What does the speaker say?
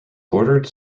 bordered